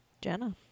Jenna